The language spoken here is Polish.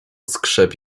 skrzep